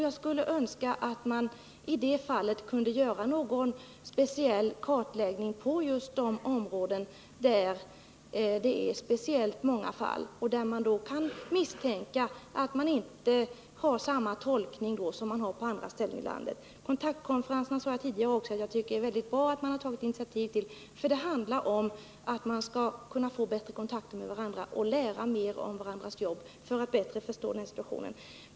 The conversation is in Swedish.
Jag skulle önska att det kunde göras en speciell kartläggning av just de områden där det förekommer särskilt många fall och där det kan misstänkas att man inte har samma tolkning som på andra ställen i landet. Jag sade tidigare att jag tycker det är bra att man har tagit initiativ till kontaktkonferenserna. Det handlar om att man skall kunna få bättre kontakter med varandra och lära mer om varandras jobb.